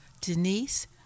Denise